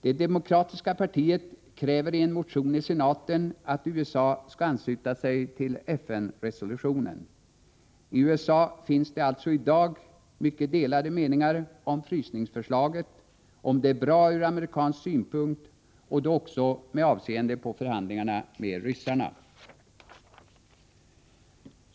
Det demokratiska partiet kräver i en motion i senaten att USA skall ansluta sig till FN-resolutionen. I USA finns det alltså i dag mycket delade meningar om huruvida frysningsförslaget är bra ur amerikansk synpunkt — och då också med avseende på förhandlingarna med ryssarna.